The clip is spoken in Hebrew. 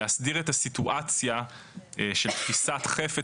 להסדיר את הסיטואציה של תפיסת חפץ